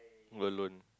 alone